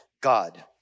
God